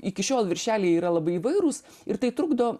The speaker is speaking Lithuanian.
iki šiol viršeliai yra labai įvairūs ir tai trukdo